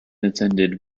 attended